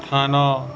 ସ୍ଥାନ